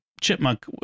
chipmunk